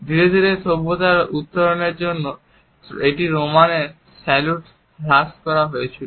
ধীরে ধীরে সভ্যতার উত্তরণের সাথে এটি একটি রোমান স্যালুটে হ্রাস করা হয়েছিল